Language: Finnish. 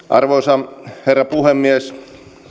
arvoisa herra puhemies